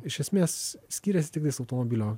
iš esmės skiriasi tiktais automobilio